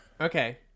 Okay